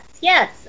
yes